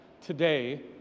today